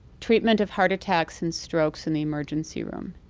treatment of heart attacks and strokes in the emergency room,